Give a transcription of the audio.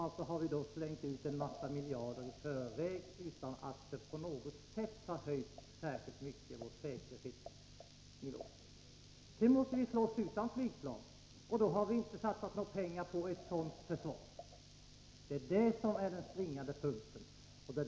Alltså har vi då slängt ut en massa miljarder i förväg utan att på något sätt ha höjt vår säkerhetsnivå särskilt mycket. Sedan måste vi slåss utan flygplan. Då har vi inte satsat några pengar på ett sådant försvar. Det är den springande punkten.